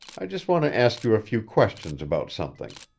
i just want to ask you a few questions about something.